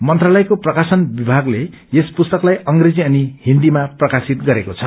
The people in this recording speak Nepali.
मन्त्रालयको प्रकाशन विभागले यस पुस्तकलाई अंग्रेजी अनि हिन्दीमा प्रकाशित गरेको छ